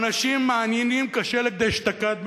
האנשים מעניינים כשלג דאשתקד.